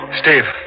Steve